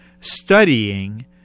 studying